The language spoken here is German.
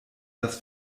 das